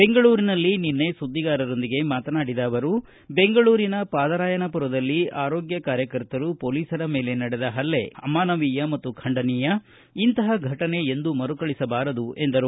ಬೆಂಗಳೂರಿನಲ್ಲಿ ನಿನ್ನೆ ಸುದ್ದಿಗಾರರೊಂದಿಗೆ ಮಾತನಾಡಿದ ಅವರು ಬೆಂಗಳೂರಿನ ಪಾದರಾಯನಪುರದಲ್ಲಿ ಆರೋಗ್ಬ ಕಾರ್ಯಕರ್ತರು ಪೊಲೀಸರ ಮೇಲೆ ನಡೆದ ಹಲ್ಲೆ ಘಟನೆ ಅಮಾನವೀಯ ಮತ್ತು ಖಂಡನೀಯ ಇಂತಪ ಘಟನೆ ಎಂದೂ ಮರುಕಳಿಸಬಾರದು ಎಂದರು